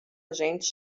gente